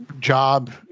job